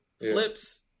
flips